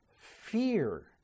Fear